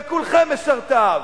וכולכם משרתיו,